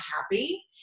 happy